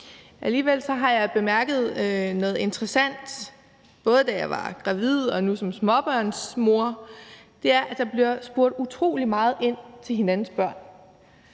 Alligevel har jeg bemærket noget interessant, både da jeg var gravid og nu som småbørnsmor, og det er, at der bliver spurgt utrolig meget ind til hinandens børn.